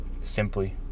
Simply